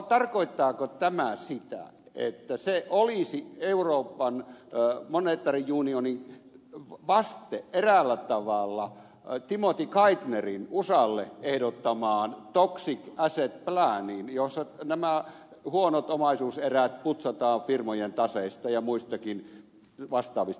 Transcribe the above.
tarkoittaako tämä sitä että se olisi european monetary unionin vaste eräällä tavalla timothy geithnerin usalle ehdottamaan toxic asset planiin jossa nämä huonot omaisuuserät putsataan firmojen taseista ja muistakin vastaavista pois